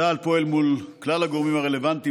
צה"ל פועל מול כלל הגורמים הרלוונטיים